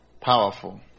Powerful